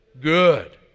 good